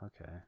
okay